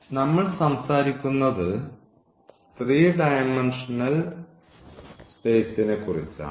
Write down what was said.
നമ്മൾ സംസാരിക്കുന്നത് 3 ഡയമെന്ഷനാൽ സ്പേസിനെകുറിച്ച് ആണ്